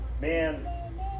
man